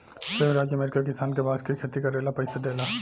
संयुक्त राज्य अमेरिका किसान के बांस के खेती करे ला पइसा देला